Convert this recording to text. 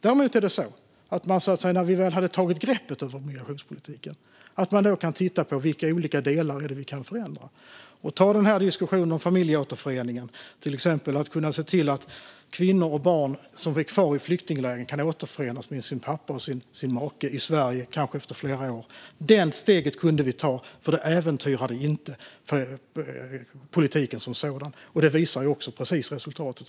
Däremot kunde vi när vi väl hade tagit greppet om migrationspolitiken börja titta på vilka olika delar vi kunde förändra. Ta till exempel diskussionen om familjeåterförening, där vi kunde se till att kvinnor och barn som var kvar i flyktinglägren kunde återförenas med sin make och pappa i Sverige, kanske efter flera år. Det steget kunde vi ta, för det äventyrade inte politiken som sådan. Det visar också resultatet.